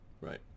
Right